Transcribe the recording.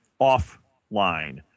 offline